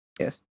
Yes